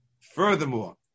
Furthermore